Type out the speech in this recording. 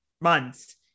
months